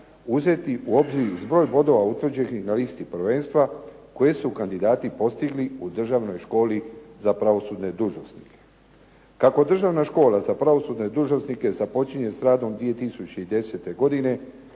uzeti u obzir zbroj bodova utvrđenih na listi prvenstva koje su kandidati postigli u državnoj školi za pravosudne dužnosnike. Kako državna škola za pravosudne dužnosnike započinje s radom 2010. godine,